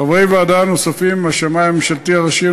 חברי הוועדה הנוספים הם השמאי הממשלתי הראשי או